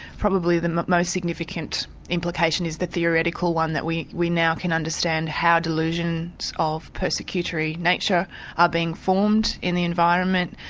probably the most significant implication is the theoretical one that we we now can understand how delusions of persecutory nature are being formed in the environment.